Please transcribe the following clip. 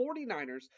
49ers